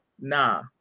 nah